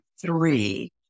three